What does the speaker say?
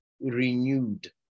renewed